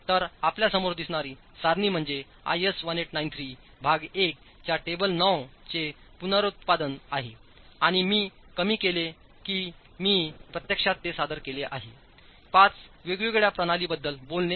तर आपल्या समोर दिसणारी सारणी म्हणजे आयएस 1893 भाग 1 च्या टेबल 9 चे पुनरुत्पादन आहे आणिमीकमी केलेकी मी प्रत्यक्षात ते सादर केले आहे5 वेगवेगळ्या प्रणालींबद्दल बोलणे